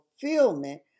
fulfillment